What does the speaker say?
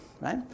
right